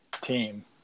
team